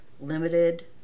limited